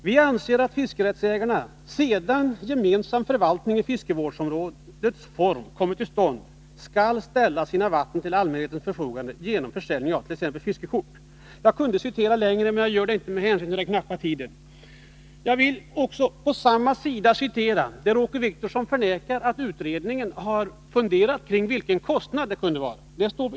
Vi anser att fiskerättsägarna, sedan gemensam förvaltning i fiskevårdsområdets form kommit till stånd, skall ställa sina vatten till allmänhetens förfogande genom försäljning av t.ex. fiskekort.” Jag kunde citera mer, men jag gör det inte med hänsyn till den knappa tiden. Åke Wictorsson har också förnekat att utredningen har funderat kring vilka kostnader det kunde vara fråga om.